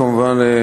כמובן,